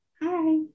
Hi